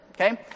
Okay